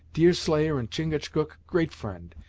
deerslayer and chingachgook great friend,